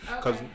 cause